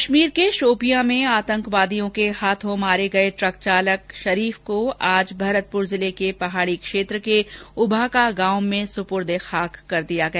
कश्मीर के शोपियां में आतंकवादियों के हाथों मारे गए ट्रक चालक शरीफ को आज भरतपुर जिले के पहाड़ी क्षेत्र के उभाका गांव में सुपुर्द ए खाक कर दिया गया